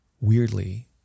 weirdly